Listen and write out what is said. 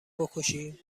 بکشی